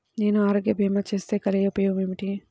నేను ఆరోగ్య భీమా చేస్తే కలిగే ఉపయోగమేమిటీ?